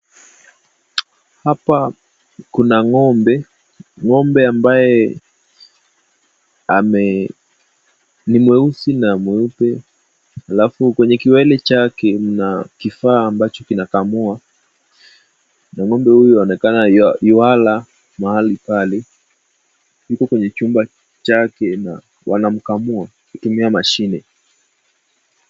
Hapa kuna ng'ombe ng'ombe ambaye amee, ni mweusi na mweupe, alafu kwenye kiwele chake, na kifaa ambacho kinakamuwa na ng'ombe huyu anaonekana yu wala mahali pale. huko kwenye chumba chake wanamukamuwa kutumia mashine.